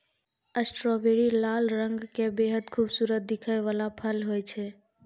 strawberry लाल रंग के बेहद खूबसूरत दिखै वाला फल होय छै